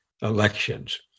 elections